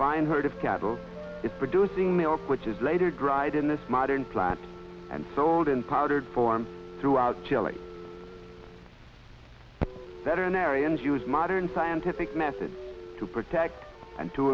find herd of cattle it's producing milk which is later dried in this modern flat and sold in powdered form throughout chile veterinarians use modern scientific methods to protect and to